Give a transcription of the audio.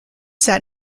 sat